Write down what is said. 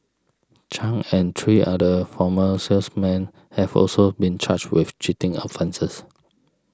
Chung and three other former salesmen have also been charged with cheating offences